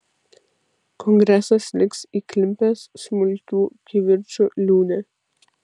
kongresas liks įklimpęs smulkių kivirčų liūne